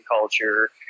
culture